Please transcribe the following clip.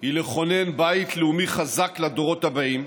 היא לכונן בית לאומי חזק לדורות הבאים,